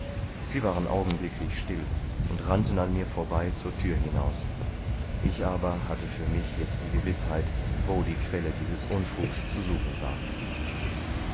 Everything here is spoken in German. sie waren augenblicklich still und rannten an mir vorbei zur tür hinaus ich aber hatte für mich jetzt die gewißheit wo die quelle dieses unfugs zu suchen war